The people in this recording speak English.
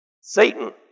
Satan